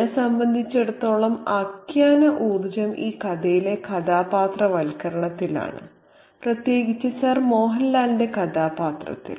എന്നെ സംബന്ധിച്ചിടത്തോളം ആഖ്യാന ഊർജം ഈ കഥയിലെ കഥാപാത്രവൽക്കരണത്തിലാണ് പ്രത്യേകിച്ച് സർ മോഹൻലാൽന്റെ കഥാപാത്രത്തിൽ